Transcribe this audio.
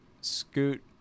Scoot